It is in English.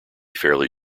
fairly